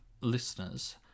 listeners